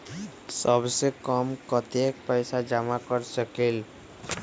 सबसे कम कतेक पैसा जमा कर सकेल?